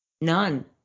None